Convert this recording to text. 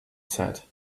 said